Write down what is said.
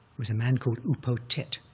was a man called u po thet,